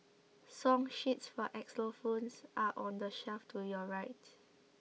song sheets for xylophones are on the shelf to your right